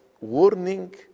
warning